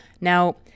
Now